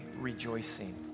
rejoicing